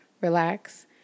relax